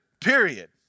period